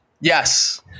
Yes